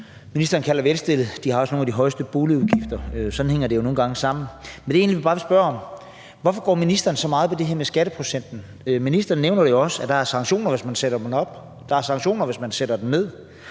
ministeren kalder velstillede, også har nogle af de højeste boligudgifter. Sådan hænger det jo nogle gange sammen. Men det, jeg egentlig bare vil spørge om, er, hvorfor ministeren går så meget op i det her med skatteprocenten. Ministeren nævner jo også, at der er sanktioner, hvis man sætter den op, at der er sanktioner, hvis man sætter den ned,